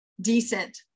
decent